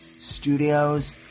Studios